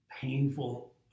painful